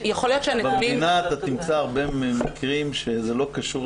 במדינה אתה תמצא הרבה מקרים שזה לא קשור,